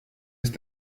ist